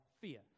fear